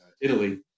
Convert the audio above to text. Italy